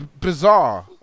bizarre